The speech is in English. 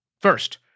First